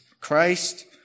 Christ